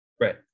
right